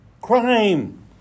crime